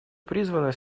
призваны